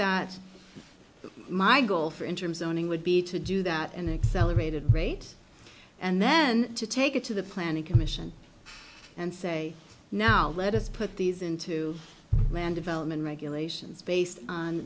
that my goal for interim zoning would be to do that in an accelerated rate and then to take it to the planning commission and say now let us put these into man development regulations based on